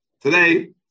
Today